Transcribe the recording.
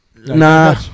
nah